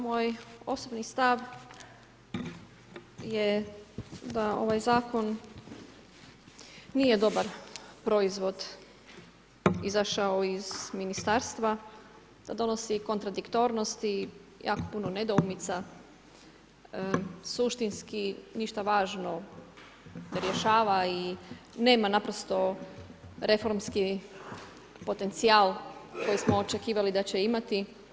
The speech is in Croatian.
Moj osobni stav je da ovaj Zakon nije dobar proizvod izašao iz Ministarstva, donosi kontradiktornosti, jako puno nedoumica, suštinski ništa važno rješava i nema naprosto reformski potencijal koji smo očekivali da će imati.